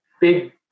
big